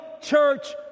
church